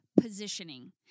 positioning